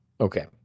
Okay